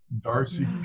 Darcy